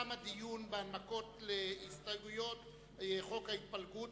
תם הדיון בהנמקות להסתייגויות לחוק ההתפלגות